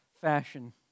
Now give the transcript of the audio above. fashion